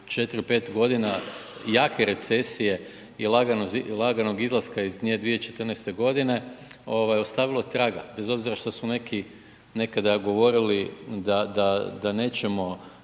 ili 4, 5 godina jake recesije i laganog izlaska iz nje 2014. ovaj ostavilo traga. Bez obzira što su neki nekada govorili da nećemo